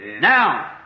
Now